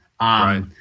Right